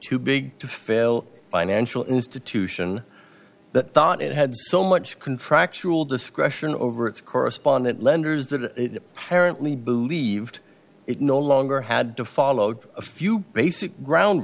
too big to fail financial institution that thought it had so much contractual discretion over its correspondent lenders that parent lee believed it no longer had to follow a few basic ground